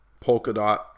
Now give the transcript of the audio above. Polkadot